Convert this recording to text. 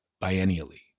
biennially